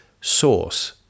source